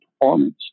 performance